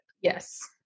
Yes